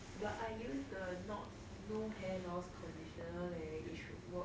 but I use the not no hair loss conditioner leh it should work